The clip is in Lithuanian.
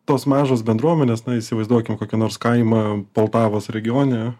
tos mažos bendruomenės na įsivaizduokim kokį nors kaimą poltavos regione